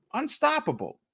unstoppable